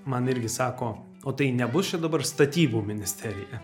man irgi sako o tai nebus čia dabar statybų ministerija